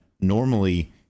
normally